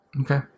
Okay